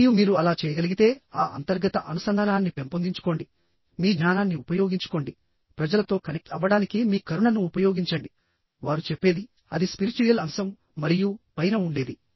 మరియు మీరు అలా చేయగలిగితే ఆ అంతర్గత అనుసంధానాన్ని పెంపొందించుకోండి మీ జ్ఞానాన్ని ఉపయోగించుకోండి ప్రజలతో కనెక్ట్ అవ్వడానికి మీ కరుణను ఉపయోగించండి వారు చెప్పేది అది స్పిరిచ్యుయల్ అంశం మరియు పైన ఉండేది